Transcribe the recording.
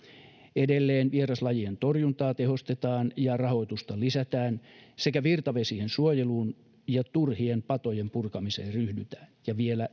edelleen vieraslajien torjuntaa tehostetaan ja rahoitusta lisätään sekä virtavesien suojeluun ja turhien patojen purkamiseen ryhdytään ja vielä